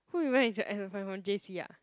who even is your ex boyfriend from j_c ah